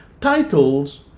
titles